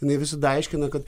jinai visada aiškina kad